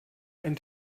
ein